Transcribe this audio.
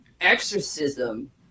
exorcism